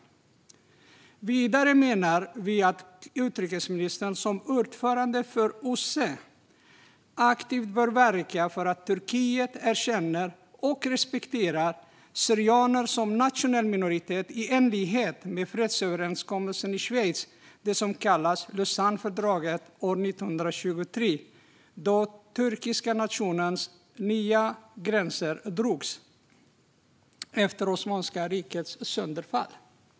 Vidare menar vi att utrikesministern som ordförande för OSSE aktivt bör verka för att Turkiet erkänner och respekterar syrianer som nationell minoritet i enlighet med fredsöverenskommelsen i Schweiz, det så kallade Lausannefördraget från 1923, då den turkiska nationens nya gränser drogs efter Osmanska rikets sönderfall.